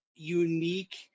unique